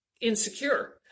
insecure